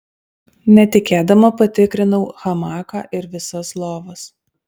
netikėdama patikrinau hamaką ir visas lovas